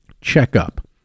checkup